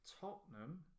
Tottenham